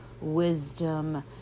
wisdom